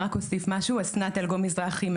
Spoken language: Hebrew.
אנחנו רק יכולים לתאר לעצמנו מה המצב